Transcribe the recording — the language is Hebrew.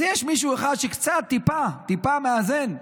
יש מישהו אחד שקצת, טיפה, מאזן,